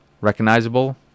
recognizable